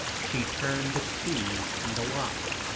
she turned the key in the lock.